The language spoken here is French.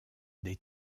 des